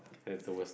that's the worst